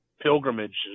pilgrimage